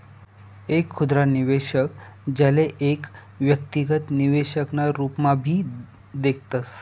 एक खुदरा निवेशक, ज्याले एक व्यक्तिगत निवेशक ना रूपम्हाभी देखतस